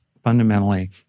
fundamentally